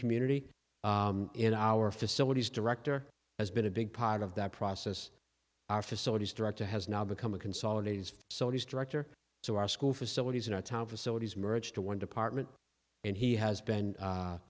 can unity in our facilities director has been a big part of that process our facilities director has now become a consolidated so he's director so our school facilities in our town facilities merged to one department and he has been